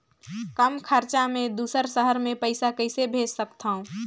कम खरचा मे दुसर शहर मे पईसा कइसे भेज सकथव?